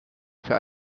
für